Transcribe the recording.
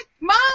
Mom